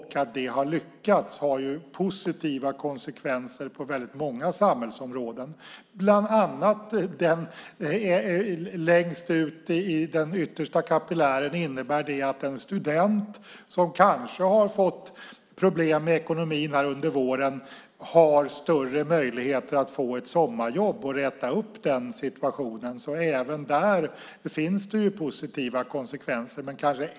Att det har lyckats har ju positiva konsekvenser på många samhällsområden. Bland annat innebär det längst ut i den yttersta kapillären att en student som kanske har fått problem med ekonomin under våren har större möjligheter att få ett sommarjobb och räta upp sin situation. Även där finns det alltså positiva konsekvenser.